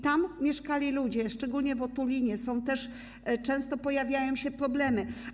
Tam mieszkali ludzie, szczególnie w otulinie, stąd też często pojawiają się problemy.